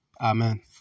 Amen